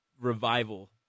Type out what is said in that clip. revival